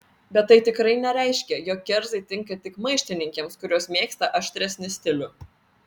bet tai tikrai nereiškia jog kerzai tinka tik maištininkėms kurios mėgsta aštresnį stilių